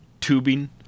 tubing